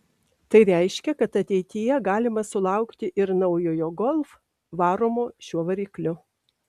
tai reiškia kad ateityje galima sulaukti ir naujojo golf varomo šiuo varikliu